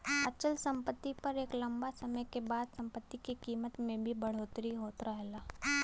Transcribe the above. अचल सम्पति पर एक लम्बा समय क बाद सम्पति के कीमत में भी बढ़ोतरी होत रहला